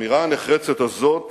באמירה הנחרצת הזאת